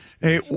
Hey